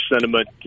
sentiment